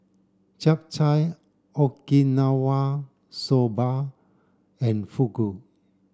Japchae Okinawa soba and Fugu